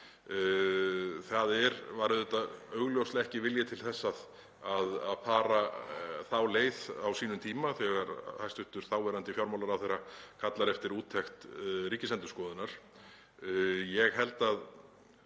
Það var auðvitað augljóslega ekki vilji til að fara þá leið á sínum tíma þegar hæstv. þáverandi fjármálaráðherra kallaði eftir úttekt Ríkisendurskoðunar. Rétt